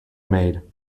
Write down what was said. made